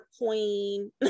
queen